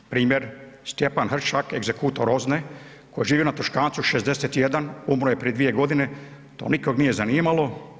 Primjer, Stjepan Hršak, egzekutor OZNA-e koji živi na Tuškancu 61, umro je prije 2 godine, to nikog nije zanimalo.